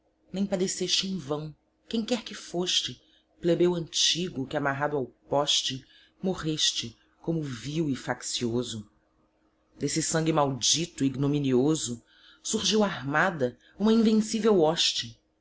nem padeceste em vão quem quer que foste plebeu antigo que amarrado ao poste morreste como vil e faccioso d'esse sangue maldito e ignominioso surgio armada uma invencivel hoste